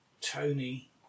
Tony